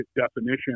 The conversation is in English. definition